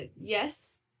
yes